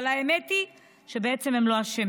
אבל האמת היא שבעצם הם לא אשמים,